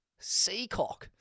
seacock